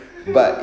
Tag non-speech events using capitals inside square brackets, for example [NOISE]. [LAUGHS]